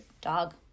dog